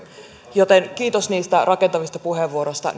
joten kiitos niistä rakentavista puheenvuoroista